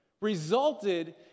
resulted